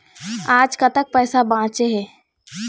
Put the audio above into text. आज कतक पैसा बांचे हे?